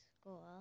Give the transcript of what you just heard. school